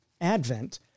advent